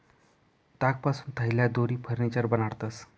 तागपासून थैल्या, दोरी, फर्निचर बनाडतंस